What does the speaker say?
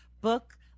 book